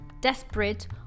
desperate